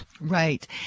right